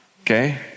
okay